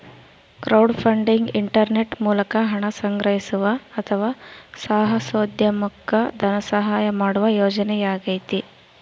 crowdfunding internet ಮೂಲಕ ಹಣ ಸಂಗ್ರಹಿಸುವ ಅಥವಾ ಸಾಹಸೋದ್ಯಮುಕ್ಕ ಧನಸಹಾಯ ಮಾಡುವ ಯೋಜನೆಯಾಗೈತಿ